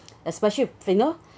especially